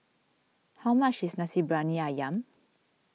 how much is Nasi Briyani Ayam